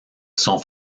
son